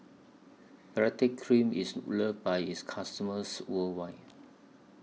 Baritex Cream IS loved By its customers worldwide